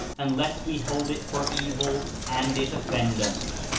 unless we hold it for evil and it offend us.